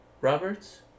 Roberts